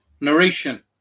narration